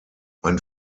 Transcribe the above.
ein